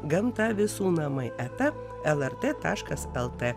gamta visų namai eta lrt taškas lt